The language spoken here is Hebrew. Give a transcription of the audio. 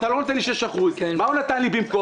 אתה לא נותן לי 6%. מה הוא נתן לי במקום?